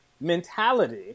mentality